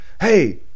Hey